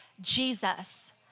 Jesus